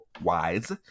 wise